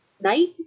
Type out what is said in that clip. night